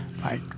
Bye